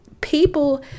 People